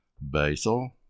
basil